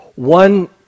One